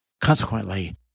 Consequently